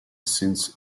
since